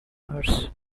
nurse